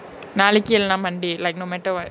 நாளைக்கு இல்லனா:naalaiku illana monday like no matter what